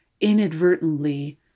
inadvertently